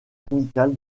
amicale